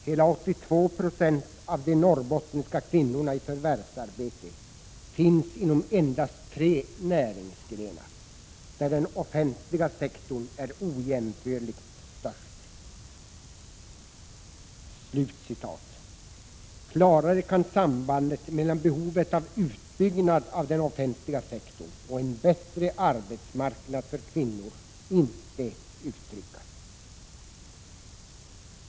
Hela 82 96 av de Norrbottniska kvinnorna i förvärvsarbete finns inom endast tre näringsgrenar, där den offentliga sektorn är ojämförligt störst.” Klarare kan sambandet mellan behovet av utbyggnad av den offentliga sektorn och en bättre arbetsmarknad för kvinnor inte uttryckas.